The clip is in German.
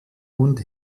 hund